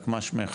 רק מה שמך?